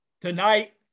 tonight